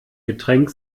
getränk